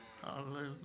Hallelujah